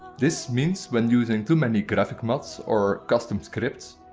this means when using too many graphic mods or custom scripts,